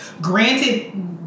granted